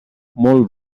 molt